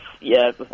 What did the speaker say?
yes